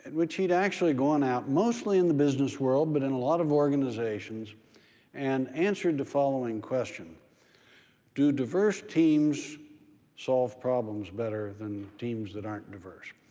and he'd actually gone out, mostly in the business world, but in a lot of organizations and answered the following question do diverse teams solve problems better than teams that aren't diverse?